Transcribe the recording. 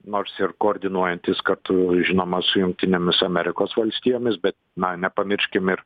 nors ir koordinuojantis kartu žinoma su jungtinėmis amerikos valstijomis bet na nepamirškim ir